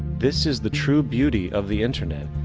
this is the true beauty of the internet.